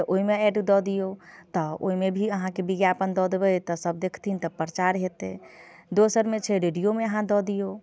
तऽ ओहिमे एड दऽ दिऔ तऽ ओहिमे भी अहाँके विज्ञापन दऽ देबै तऽ सब देखथिन तऽ प्रचार हेतै दोसरमे छै रेडिओमे अहाँ दऽ दिऔ